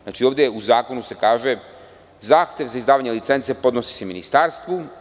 Znači, u zakonu se kaže: „Zahtev za izdavanje licence podnosi se Ministarstvu.